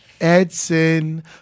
Edson